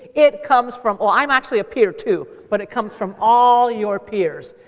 it comes from oh, i'm actually a peer too, but it comes from all your peers.